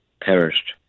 perished